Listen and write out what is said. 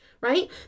right